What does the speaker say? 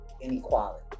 inequality